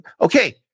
okay